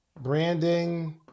branding